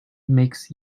makes